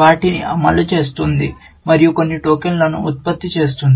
వాటిని అమలు చేస్తుంది మరియు కొన్ని టోకెన్లను ఉత్పత్తి చేస్తుంది